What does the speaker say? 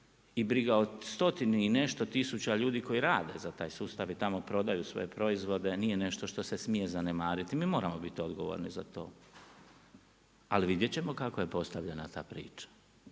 i briga o stotinu i nešto tisuća ljudi koji rade za taj sustav i tamo prodaju svoje proizvode, nije nešto što se smije zanemariti. Mi moramo biti odgovorni za to, ali vidjet ćemo kako je postavljena ta priča.